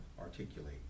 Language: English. articulate